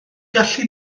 gallu